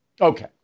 Okay